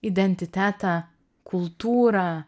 identitetą kultūrą